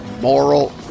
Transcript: Moral